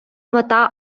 мета